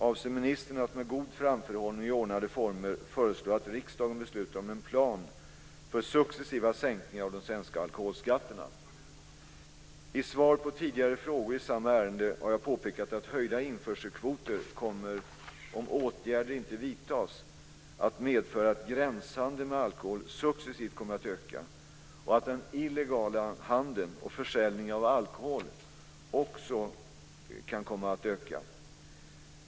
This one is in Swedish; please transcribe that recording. Avser ministern, att med god framförhållning och i ordnade former, föreslå att riksdagen beslutar om en plan för successiva sänkningar av de svenska alkoholskatterna? I svar på tidigare frågor i samma ärende har jag påpekat att höjda införselkvoter kommer, om åtgärder inte vidtas, att medföra att gränshandeln med alkohol successivt kommer att öka och att den illegala handeln och försäljningen av alkohol också kan komma att öka.